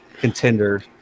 contender